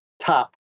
top